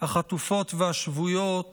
החטופות והשבויות